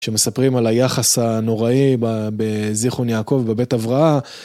שמספרים על היחס הנוראי ב... בזיכרון יעקב, בבית הבראה...